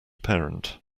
parent